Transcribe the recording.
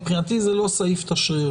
מבחינתי זה לא סעיף תשריר.